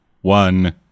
one